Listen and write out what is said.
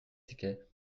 tickets